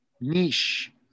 niche